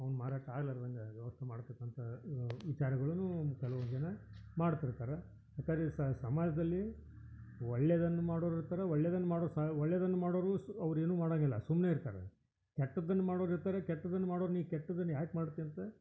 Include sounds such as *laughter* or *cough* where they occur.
ಅವ್ನ ಮಾರಾಟ ಆಗ್ಲಾರ್ದಂಗೆ ವ್ಯವಸ್ಥೆ ಮಾಡತಕ್ಕಂಥ ವಿಚಾರಗಳು ಕೆಲ್ವೊಂದು ಜನ ಮಾಡ್ತಿರ್ತಾರೆ *unintelligible* ಸಮಾಜದಲ್ಲಿ ಒಳ್ಳೇದನ್ನು ಮಾಡೋರು ಇರ್ತಾರೆ ಒಳ್ಳೇದನ್ನು ಮಾಡೋದು ಸಾ ಒಳ್ಳೇದನ್ನು ಮಾಡೋರು ಸು ಅವ್ರು ಏನೂ ಮಾಡೋಂಗಿಲ್ಲ ಸುಮ್ಮನೆ ಇರ್ತಾರೆ ಕೆಟ್ಟದ್ದನ್ನ ಮಾಡೋರು ಇರ್ತಾರೆ ಕೆಟ್ಟದ್ದನ್ನ ಮಾಡೋರು ನೀ ಕೆಟ್ಟದ್ದನ್ನ ಯಾಕೆ ಮಾಡ್ತಿ ಅಂತ